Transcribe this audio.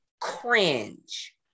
cringe